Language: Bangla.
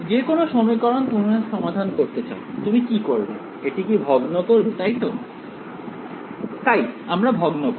যে কোন সমীকরণ তুমি সমাধান করতে চাও তুমি কি করবে এটিকে ভগ্ন করবে তাই তো তাই আমরা ভগ্ন করব